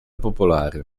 popolare